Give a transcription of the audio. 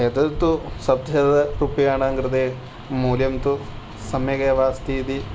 एतत् तु सत् यद रूप्याणां कृते मूल्यं तु सम्यक् एव अस्ति इति